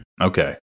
Okay